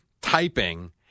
typing